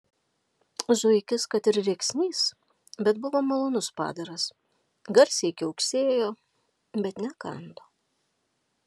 zuikis kad ir rėksnys bet buvo malonus padaras garsiai kiauksėjo bet nekando